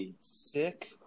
sick